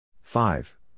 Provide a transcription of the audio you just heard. five